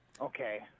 Okay